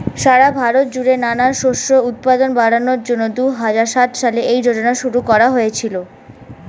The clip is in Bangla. সারা ভারত জুড়ে নানান শস্যের উৎপাদন বাড়ানোর জন্যে দুহাজার সাত সালে এই যোজনা শুরু করা হয়েছিল